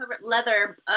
leather